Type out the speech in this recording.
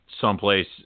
someplace